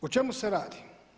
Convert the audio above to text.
O čemu se radi?